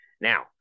Now